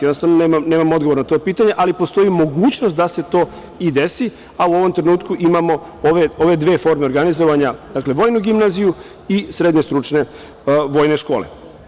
Jednostavno, nemam odgovor na to pitanje, ali postoji mogućnost da se to i desi, a u ovom trenutku imamo ove dve forme organizovanja – vojnu gimnaziju i srednje stručne vojne škole.